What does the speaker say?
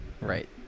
Right